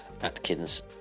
Atkins